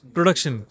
Production